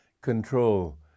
control